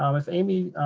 um if amy,